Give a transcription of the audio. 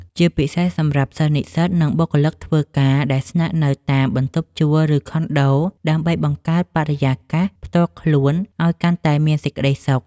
ជាពិសេសសម្រាប់សិស្សនិស្សិត និងបុគ្គលិកធ្វើការដែលស្នាក់នៅតាមបន្ទប់ជួល ឬខុនដូ ដើម្បីបង្កើតបរិយាកាសផ្ទាល់ខ្លួនឱ្យកាន់តែមានសេចក្ដីសុខ។